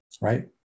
Right